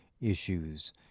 issues